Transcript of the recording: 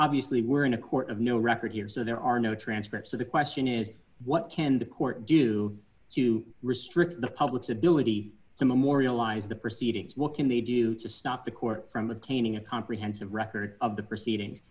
obviously we're in a court of no record here so there are no transcripts so the question is what can the court do to restrict the public's ability to memorialize the proceedings what can they do to stop the court from obtaining a comprehensive record of the proceedings